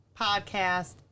podcast